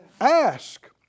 Ask